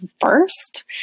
first